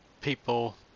people